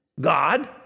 God